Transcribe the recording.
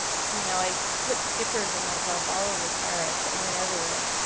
you know i put stickers of myself all over paris, i went everywhere.